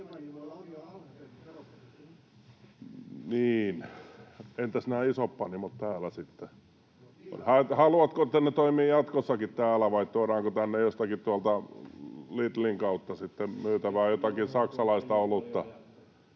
Niin, entäs nämä isot panimot täällä sitten? Haluatko, että ne toimivat jatkossakin täällä, vai tuodaanko tänne jostakin tuolta Lidlin kautta sitten myytävää, jotakin saksalaista olutta?